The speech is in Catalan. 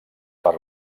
per